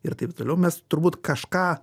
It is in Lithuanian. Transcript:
ir taip toliau mes turbūt kažką